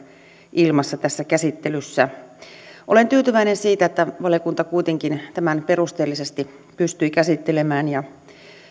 ilmassa tässä käsittelyssä olen tyytyväinen siitä että valiokunta kuitenkin tämän perusteellisesti pystyi käsittelemään ja